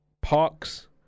parks